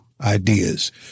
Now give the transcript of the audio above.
ideas